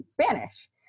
Spanish